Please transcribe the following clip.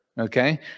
okay